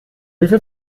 hilfe